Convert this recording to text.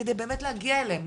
כדי באמת להגיע אליהם,